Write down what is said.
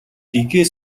гэгээ